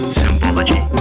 symbology